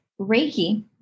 Reiki